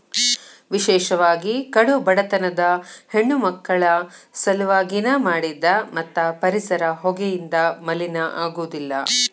ವಿಶೇಷವಾಗಿ ಕಡು ಬಡತನದ ಹೆಣ್ಣಮಕ್ಕಳ ಸಲವಾಗಿ ನ ಮಾಡಿದ್ದ ಮತ್ತ ಪರಿಸರ ಹೊಗೆಯಿಂದ ಮಲಿನ ಆಗುದಿಲ್ಲ